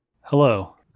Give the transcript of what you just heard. Hello